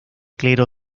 clero